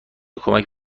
کمک